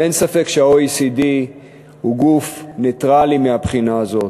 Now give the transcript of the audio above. ואין ספק שה-OECD הוא גוף נייטרלי מהבחינה הזאת.